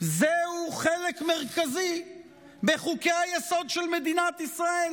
זה חלק מרכזי בחוקי-היסוד של מדינת ישראל.